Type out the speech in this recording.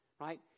right